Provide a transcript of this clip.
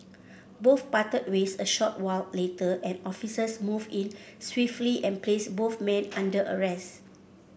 both parted ways a short while later and officers moved in swiftly and placed both men under arrest